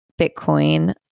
Bitcoin